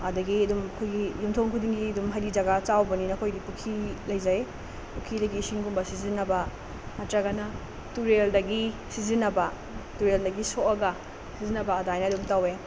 ꯑꯗꯒꯤ ꯑꯗꯨꯝ ꯑꯩꯈꯣꯏꯒꯤ ꯌꯨꯝꯊꯣꯡ ꯈꯨꯗꯤꯡꯒꯤ ꯑꯗꯨꯝ ꯍꯥꯏꯗꯤ ꯖꯒꯥ ꯆꯥꯎꯕꯅꯤꯅ ꯑꯩꯈꯣꯏꯗꯤ ꯄꯨꯈꯤ ꯂꯩꯖꯩ ꯄꯨꯈꯤꯗꯒꯤ ꯏꯁꯤꯡꯒꯨꯝꯕ ꯁꯤꯖꯤꯟꯅꯕ ꯅꯠꯇ꯭ꯔꯒꯅ ꯇꯨꯔꯦꯜꯗꯒꯤ ꯁꯤꯖꯤꯟꯅꯕ ꯇꯨꯔꯦꯜꯗꯒꯤ ꯁꯣꯛꯑꯒ ꯁꯤꯖꯤꯟꯅꯕ ꯑꯗꯥꯏꯅ ꯑꯗꯨꯝ ꯇꯧꯋꯦ